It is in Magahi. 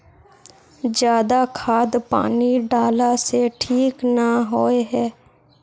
ज्यादा खाद पानी डाला से ठीक ना होए है?